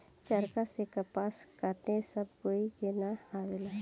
चरखा से कपास काते सब कोई के ना आवेला